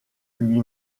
lui